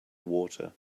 water